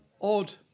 odd